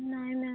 ନାହିଁ ମ୍ୟାମ୍